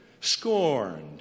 scorned